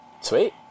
Sweet